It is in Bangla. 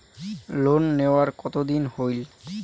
লোন নেওয়ার কতদিন হইল?